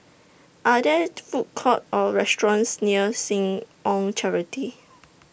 Are There Food Courts Or restaurants near Seh Ong Charity